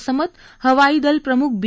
असं मत हवाईदल प्रमुख बी